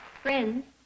Friends